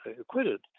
acquitted